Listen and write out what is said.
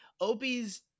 Opie's